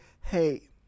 hey